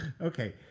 okay